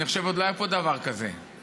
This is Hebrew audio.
אני חושב שעוד לא היה פה דבר כזה שאנחנו